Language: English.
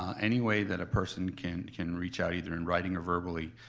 um any way that a person can can reach out, either in writing or verbally,